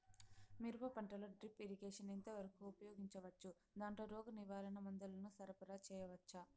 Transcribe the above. మిరప పంటలో drip irrigation ఎంత వరకు ఉపయోగించవచ్చు, దాంట్లో రోగ నివారణ మందుల ను సరఫరా చేయవచ్చా?